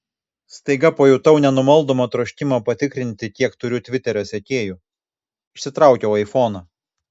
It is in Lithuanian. staiga pajutau nenumaldomą troškimą patikrinti kiek turiu tviterio sekėjų išsitraukiau aifoną